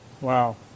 Wow